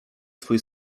swój